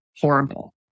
horrible